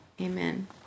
Amen